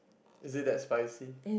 is it that spicy